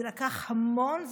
זה לקח המון זמן,